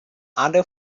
other